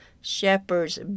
shepherds